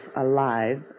alive